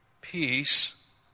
peace